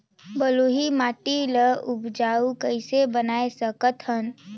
बलुही माटी ल उपजाऊ कइसे बनाय सकत हन?